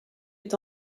est